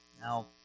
Now